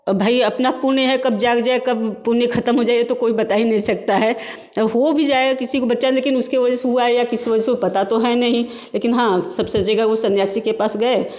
भाई अपना पुण्य है कब जाग जाए कब पुण्य ख़त्म हो जाए तो कोई बता ही नहीं सकता है हो भी जाएगा किसी को बच्चा लेकिन उसकी वजह से हुआ है या किसी वजह से पता तो है नहीं लेकिन हाँ सब सोंचेगे वो सन्यासी के पास गए